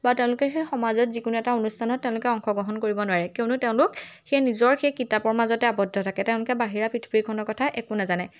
বা তেওঁলোকে সেই সমাজত যিকোনো এটা অনুষ্ঠানত তেওঁলোকে অংশগ্ৰহণ কৰিব নোৱাৰে কিয়নো তেওঁলোক সেই নিজৰ সেই কিতাপৰ মাজতে আৱদ্ধ থাকে তেওঁলোকে বাহিৰা পৃথিৱীখনৰ কথা একো নাজানে